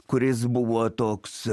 kuris buvo toks